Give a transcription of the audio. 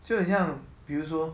就很像比如说